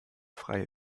frei